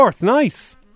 nice